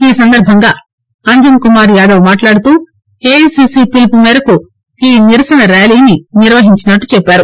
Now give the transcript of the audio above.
ఈ సందర్భంగా అంజన్కుమార్యాదవ్ మాట్లాడుతూ ఏఐసీసీ పిలుపు మేరకు ఈ నిరసన ర్యాలీని నిర్వహించినట్లు చెప్పారు